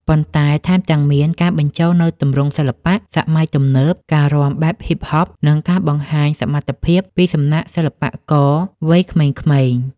ប៉ុន្តែថែមទាំងមានការបញ្ចូលនូវទម្រង់សិល្បៈសម័យទំនើប ការរាំបែប Hip-hop និងការបង្ហាញសមត្ថភាពពីសំណាក់សិល្បករវ័យក្មេងៗ។